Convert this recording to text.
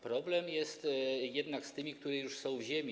Problem jest jednak z tymi, które już są w ziemi.